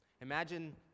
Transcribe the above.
Imagine